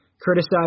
criticized